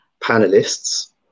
panelists